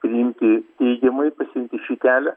priimti teigiamai pasirinkti šį kelią